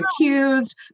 accused